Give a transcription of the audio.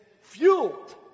fueled